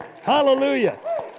Hallelujah